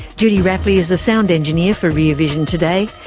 judy rapley is the sound engineer for rear vision today.